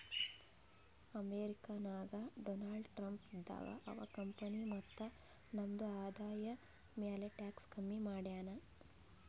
America ನಾಗ್ Donald Trump ಇದ್ದಾಗ ಅವಾ ಕಂಪನಿ ಮತ್ತ ನಮ್ದು ಆದಾಯ ಮ್ಯಾಲ ಟ್ಯಾಕ್ಸ್ ಕಮ್ಮಿ ಮಾಡ್ಯಾನ್